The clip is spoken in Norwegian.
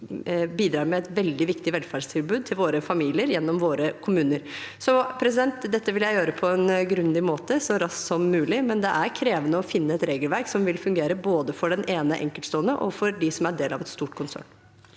de bidrar med et veldig viktig velferdstilbud til familiene gjennom våre kommuner. Dette vil jeg gjøre på en grundig måte, så raskt som mulig, men det er krevende å finne et regelverk som vil fungere både for den ene enkeltstående og for dem som er del av et stort konsern.